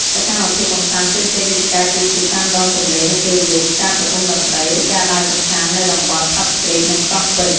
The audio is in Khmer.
សកម្មភាពកម្សាន្តផ្សេងៗដូចជាការជិះទូកតាមដងទន្លេនៅពេលយប់ ការប្រគំតន្ត្រី ឬការដើរកម្សាន្តនៅតំបន់ ផាប់ស្ទ្រីត និងកោះពេជ្រ។